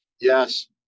Yes